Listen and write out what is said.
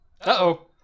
Uh-oh